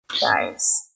guys